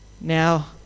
Now